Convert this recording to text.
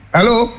Hello